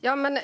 Fru talman!